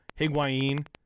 Higuain